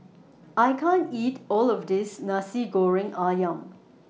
I can't eat All of This Nasi Goreng Ayam